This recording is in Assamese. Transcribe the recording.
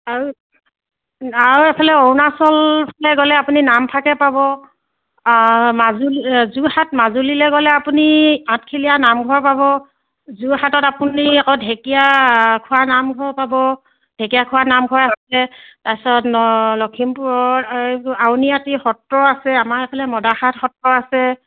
আৰু আৰু এইফালে অৰুণাচলৰ ফালে আপুনি নামফাকে পাব মাজুলী যোৰহাট মাজুলীলৈ গ'লে আপুনি আঠখেলীয়া নামঘৰ পাব যোৰহাটত আপুনি আকৌ ঢেঁকীয়াখোৱা নামঘৰ পাব ঢেঁকীয়াখোৱা নামঘৰ আছে তাৰপিছত লখিমপুৰৰ আউনীআটী সত্ৰ আছে আমাৰ এইফালে মদাৰখাট সত্ৰ আছে